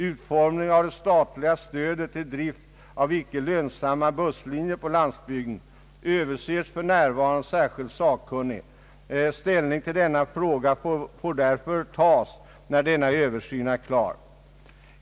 Utformningen av det statliga stödet för drift av icke lönsamma busslinjer på landsbygden överses för närvarande av särskild sakkunnig. Ställning till denna fråga får därför tas när denna översyn är klar.